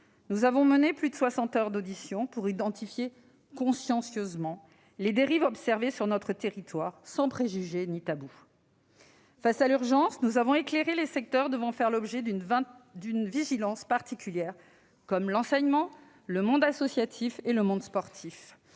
Nous avons mené plus de soixante heures d'auditions pour identifier consciencieusement les dérives observées sur notre territoire, sans préjugé ni tabou. Face à l'urgence, nous avons éclairé les secteurs devant faire l'objet d'une vigilance particulière, comme l'enseignement, le monde associatif ou encore sportif,